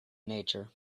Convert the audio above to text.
nature